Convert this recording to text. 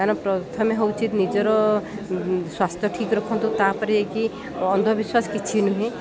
କାରଣ ପ୍ରଥମେ ହେଉଛି ନିଜର ସ୍ୱାସ୍ଥ୍ୟ ଠିକ୍ ରଖନ୍ତୁ ତା'ପରେ କି ଅନ୍ଧବିଶ୍ୱାସ କିଛି ନୁହେଁ